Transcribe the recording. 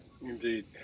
Indeed